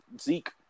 Zeke